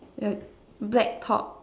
black top